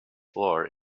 floor